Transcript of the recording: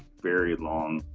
very long,